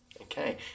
Okay